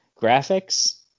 graphics